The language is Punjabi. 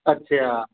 ਅੱਛਾ